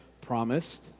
promised